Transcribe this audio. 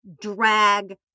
drag